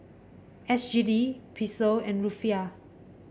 S G D Peso and Rufiyaa